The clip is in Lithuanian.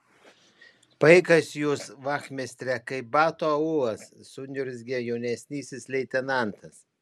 paikas jūs vachmistre kaip bato aulas suniurzgė jaunesnysis leitenantas